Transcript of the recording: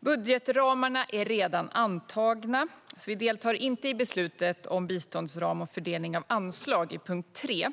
Budgetramarna är redan antagna, så vi deltar inte i beslutet om biståndsram och fördelning av anslag i punkt 3.